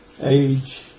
Age